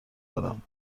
دارم